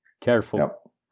careful